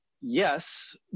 yes